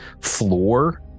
floor